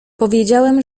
powiedziałem